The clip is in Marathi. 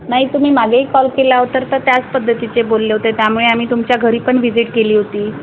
नाही तुम्ही मागेही कॉल केला हो ओ तर त्याच पद्धतीचे बोलले होते त्यामुळे आम्ही तुमच्या घरी पण व विजिट केली होती